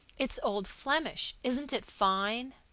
it's old flemish. isn't it fine?